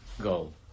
goal